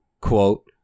quote